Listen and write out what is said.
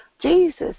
Jesus